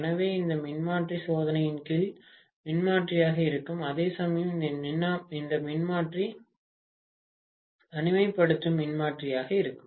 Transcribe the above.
எனவே இந்த மின்மாற்றி சோதனையின் கீழ் மின்மாற்றியாக இருக்கும் அதேசமயம் இந்த மின்மாற்றி தனிமைப்படுத்தும் மின்மாற்றியாக இருக்கும்